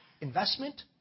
investment